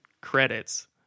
credits